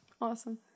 Awesome